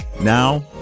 Now